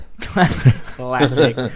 Classic